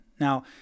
Now